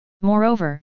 Moreover